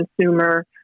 consumer